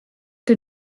que